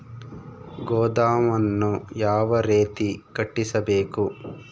ಗೋದಾಮನ್ನು ಯಾವ ರೇತಿ ಕಟ್ಟಿಸಬೇಕು?